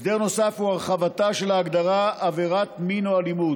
הסדר נוסף הוא הרחבתה של ההגדרה "עבירת מין או אלימות"